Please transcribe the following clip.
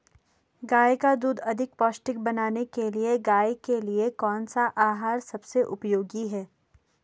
गाय का दूध अधिक पौष्टिक बनाने के लिए गाय के लिए कौन सा आहार सबसे उपयोगी है?